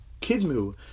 kidmu